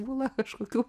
būna kažkokių